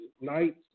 night